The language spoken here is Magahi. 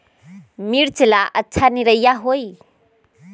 मिर्च ला अच्छा निरैया होई?